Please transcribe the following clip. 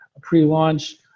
pre-launch